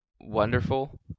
wonderful